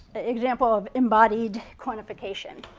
example of embodied quantification.